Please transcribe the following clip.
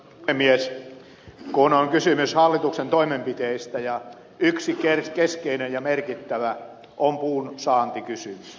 kun on kysymys hallituksen toimenpiteistä ja yksi keskeinen ja merkittävä on puunsaantikysymys